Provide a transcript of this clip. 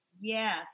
Yes